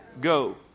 go